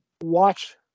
watch